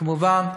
כמובן,